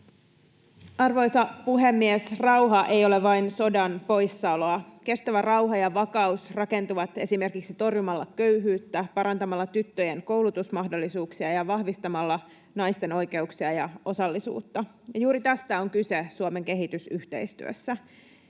Arvoisa puhemies! Rauha ei ole vain sodan poissaoloa. Kestävä rauha ja vakaus rakentuvat esimerkiksi torjumalla köyhyyttä, parantamalla tyttöjen koulutusmahdollisuuksia ja vahvistamalla naisten oikeuksia ja osallisuutta. Juuri tästä on kyse Suomen kehitysyhteistyössä.